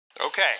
Okay